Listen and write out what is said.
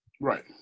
Right